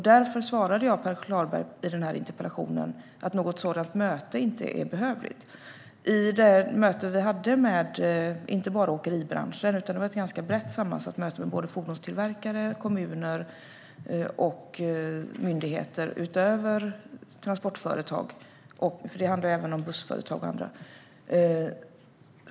Därför svarade jag Per Klarberg i mitt interpellationssvar att något sådant möte inte är behövligt. Det möte vi hade var inte bara med åkeribranschen, utan det var ett ganska brett sammansatt möte med fordonstillverkare, kommuner och myndigheter, utöver transportföretag. Det handlar ju även om bussföretag och andra.